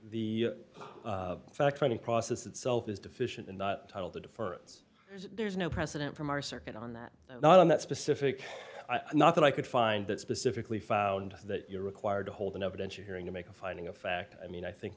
the fact finding process itself is deficient in the title the difference there's no precedent from our circuit on that not on that specific i not that i could find that specifically found that you are required to hold an evidence you hearing to make a finding of fact i mean i think